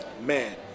Man